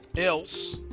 else